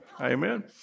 Amen